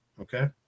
Okay